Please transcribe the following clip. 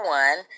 one